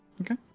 Okay